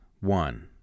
One